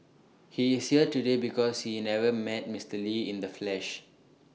he is here today because he never met Mister lee in the flesh